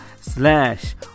slash